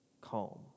calm